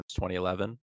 2011